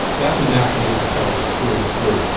that's a naturalistic subject through and through,